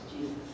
Jesus